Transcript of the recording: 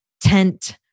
tent